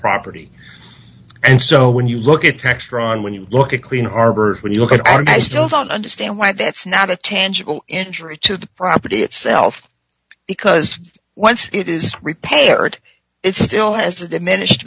property and so when you look at textron when you look at clean harbors when you look at i still don't understand why that's not a tangible injury to the property itself because once it is repaired it still has a diminished